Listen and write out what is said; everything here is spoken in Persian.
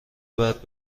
بعد